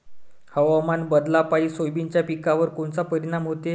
हवामान बदलापायी सोयाबीनच्या पिकावर कोनचा परिणाम होते?